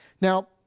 Now